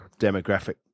demographic